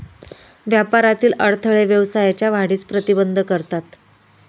व्यापारातील अडथळे व्यवसायाच्या वाढीस प्रतिबंध करतात